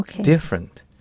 different